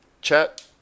chat